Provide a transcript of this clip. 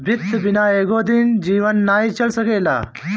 वित्त बिना एको दिन जीवन नाइ चल सकेला